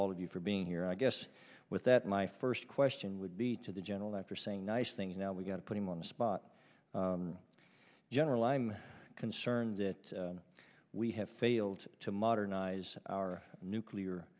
all of you for being here i guess with that my first question would be to the general that for saying nice things now we've got to put him on the spot general i'm concerned that we have failed to modernize our nuclear